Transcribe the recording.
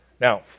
Now